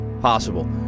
possible